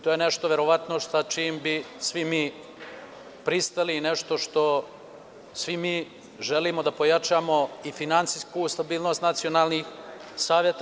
To je nešto sa čim bi svi mi pristali i nešto što svi mi želimo da pojačamo i finansijsku stabilnost nacionalnih saveta.